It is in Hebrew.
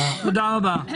תודה רבה.